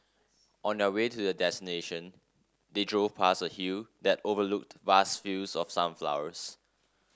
on the way to their destination they drove past a hill that overlooked vast fields of sunflowers